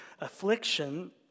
affliction